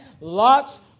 Lot's